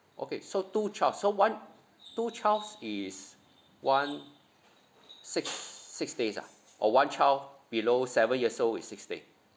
okay so two child so one two child is one six six days ah or one child below seven years old is six day